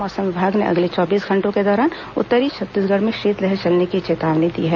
मौसम विभाग ने अगले चौबीस घंटों के दौरान उत्तरी छत्तीसगढ़ में शीतलहर चलने की चेतावनी दी है